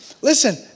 listen